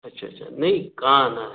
अच्छा अच्छा नहीं कहाँ आना है